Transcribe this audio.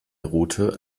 route